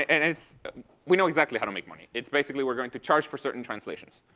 and it's we know exactly how to make money. it's basically we're going to charge for certain translations.